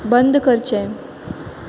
बंद करचें